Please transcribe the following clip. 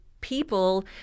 people